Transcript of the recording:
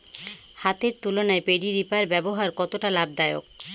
হাতের তুলনায় paddy reaper ব্যবহার কতটা লাভদায়ক?